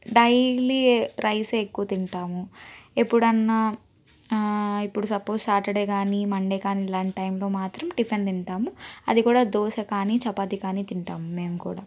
daily రైసే ఎక్కువ తింటాము ఎప్పుడన్నా ఇప్పుడు సపోజ్ సాటర్డే కాని మండే కాని ఇలాంటి టైములో మాత్రం టిఫిన్ తింటాము అది కూడ దోస కాని చపాతీ కాని తింటాము మేము కూడా